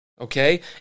Okay